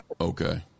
Okay